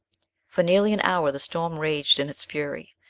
for nearly an hour the storm raged in its fury,